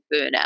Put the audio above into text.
burnout